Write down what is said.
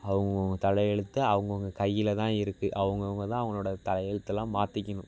அவங்கவங்க தலை எழுத்து அவங்கவங்க கையில் தான் இருக்கு அவங்கவங்க தான் அவங்களோட தலை எழுத்துலாம் மாற்றிக்கணும்